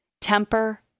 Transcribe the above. temper